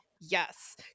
Yes